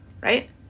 right